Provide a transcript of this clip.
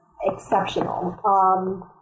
exceptional